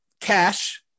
Cash